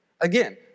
Again